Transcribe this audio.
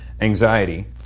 anxiety